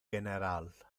general